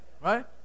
Right